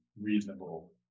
reasonable